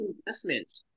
investment